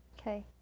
Okay